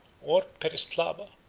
or peristhlaba,